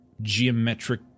geometric